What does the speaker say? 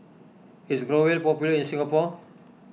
is Growell popular in Singapore